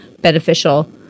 beneficial